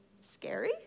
scary